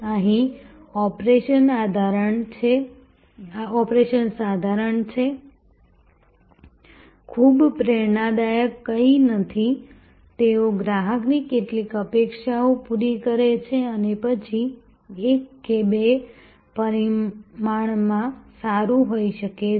અહીં ઓપરેશન સાધારણ છે ખૂબ પ્રેરણાદાયક કંઈ નથી તેઓ ગ્રાહકની કેટલીક અપેક્ષાઓ પૂરી કરે છે અને પછી એક કે બે પરિમાણમાં સારું હોઈ શકે છે